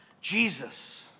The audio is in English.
Jesus